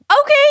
Okay